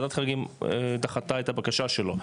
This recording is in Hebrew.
וועדת חריגים דחתה את הבקשה שלו.